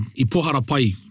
Ipoharapai